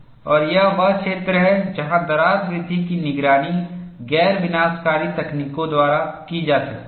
और यह वह क्षेत्र है जहां दरार वृद्धि की निगरानी गैर विनाशकारी तकनीकों द्वारा की जा सकती है